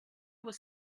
was